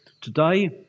Today